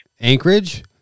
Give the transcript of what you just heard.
Anchorage